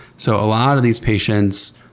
so a lot of these patients,